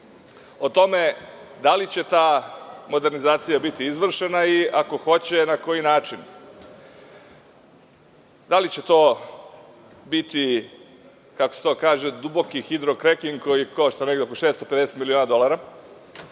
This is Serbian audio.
o tome da li će ta modernizacija biti izvršena i, ako hoće, na koji način. Da li će to biti, kako se to kaže, duboki hidrokreking koji košta negde oko 650 miliona dolara,